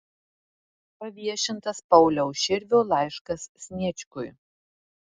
paviešintas pauliaus širvio laiškas sniečkui